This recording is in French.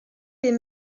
des